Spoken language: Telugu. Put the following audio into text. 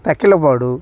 తక్కెలపాడు